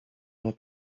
will